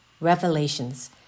revelations